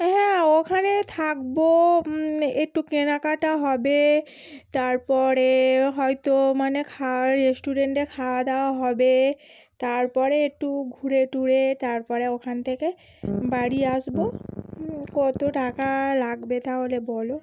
হ্যাঁ ওখানে থাকব একটু কেনাকাটা হবে তারপরে হয়তো মানে খাওয়ার রেস্টুরেন্টে খাওয়া দাওয়া হবে তারপরে একটু ঘুরে টুরে তারপরে ওখান থেকে বাড়ি আসব কত টাকা লাগবে তাহলে বল